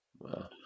Wow